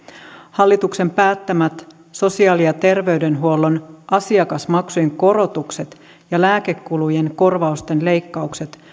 hallituksen päättämät sosiaali ja terveydenhuollon asiakasmaksujen korotukset ja lääkekulujen korvausten leikkaukset